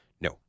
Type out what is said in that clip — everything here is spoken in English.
No